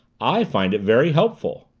i find it very helpful.